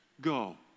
Go